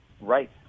Right